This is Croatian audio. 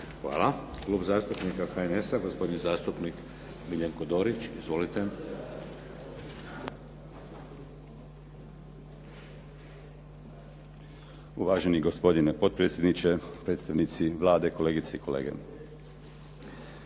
Hvala. Klub zastupnika HNS-a, gospodin zastupnik Miljenko Dorić. Izvolite. **Dorić, Miljenko (HNS)** Uvaženi gospodine potpredsjedniče, predstavnici Vlade, kolegice i kolege.